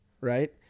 right